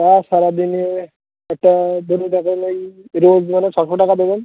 হ্যাঁ সারাদিনে এটা ধরুন না কেন এই রোজ গেলে ছশো টাকা দেবেন